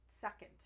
second